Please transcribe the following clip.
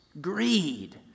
greed